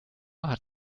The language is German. hat